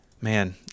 man